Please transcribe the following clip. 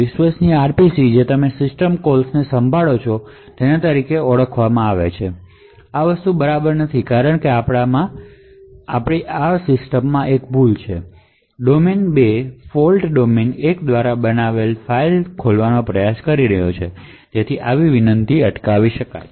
વિશ્વસનીય આરપીસી જે તમામ સિસ્ટમ કોલ્સને સંભાળે છે જે ઓળખે છે કે આ બરાબર નથી કારણ કે ફોલ્ટ ડોમેન 2 ફોલ્ટ ડોમેન 1 દ્વારા બનાવેલ ફાઇલ ખોલવાનો પ્રયાસ કરી રહ્યો છે અને તે આવી વિનંતીને અટકાવશે